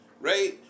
right